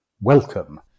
welcome